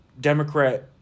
Democrat